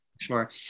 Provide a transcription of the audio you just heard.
Sure